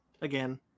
Again